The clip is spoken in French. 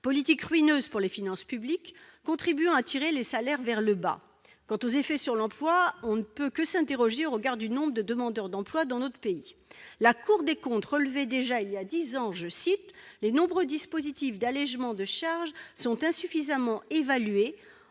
politique ruineuse pour les finances publiques, contribuant à tirer les salaires vers le bas. Quant à ses effets sur l'emploi, on ne peut que s'interroger sur leur réalité au regard du nombre de demandeurs d'emploi dans notre pays. La Cour des comptes relevait déjà, voilà dix ans, que « les nombreux dispositifs d'allégements de charges [étaient] insuffisamment évalués